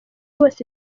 bose